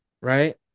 right